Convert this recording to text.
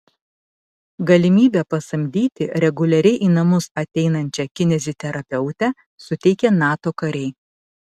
galimybę pasamdyti reguliariai į namus ateinančią kineziterapeutę suteikė nato kariai